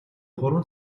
гурван